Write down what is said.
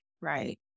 right